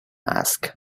asked